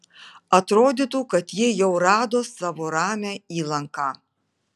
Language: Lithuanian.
atrodytų kad ji jau rado savo ramią įlanką